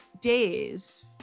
days